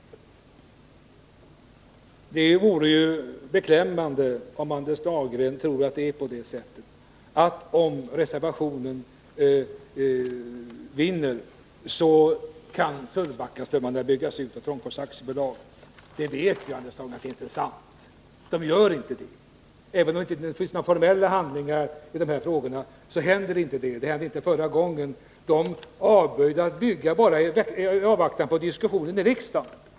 Det vore beklämmande om Anders Dahlgren tror att Sölvbackaströmmarna kan byggas ut av Trångfors AB, om reservationen vinner. Anders Dahlgren vet att det inte är sant. Bolaget kommer inte att göra det. Även om det inte finns några formella handlingar som förbjuder en utbyggnad, så kommer en sådan inte att ske. Det hände ju inte förra gången. Trångfors AB avstod då från att bygga i avvaktan på diskussionen i riksdagen.